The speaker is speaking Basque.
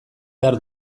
behar